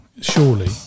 Surely